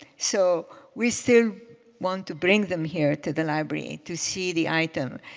so we still want to bring them here to the library to see the item.